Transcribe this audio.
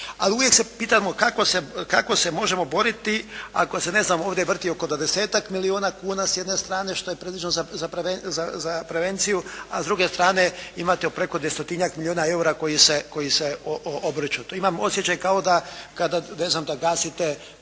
Ali uvijek se pitamo kako se možemo boriti? Ako se ne znam ovdje vrti oko dvadesetak milijuna kuna s jedne strane što je predviđeno za prevenciju, a s druge strane imate preko dvjestotinjak milijuna eura koji se obrću. Imam osjećaj da kao da ne znam da gasite požar